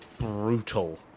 brutal